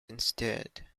instead